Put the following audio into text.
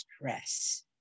stress